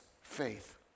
faith